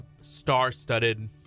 star-studded